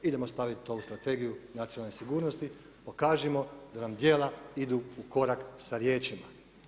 Idemo staviti u Strategiju nacionalne sigurnosti, pokažimo da nam djela idu u korak sa riječima.